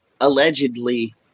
allegedly